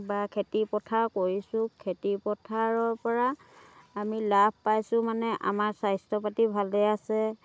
বা খেতি পথাৰ কৰিছোঁ খেতি পথাৰৰ পৰা আমি লাভ পাইছোঁ মানে আমাৰ স্বাস্থ্য পাতি ভালে আছে